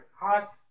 hot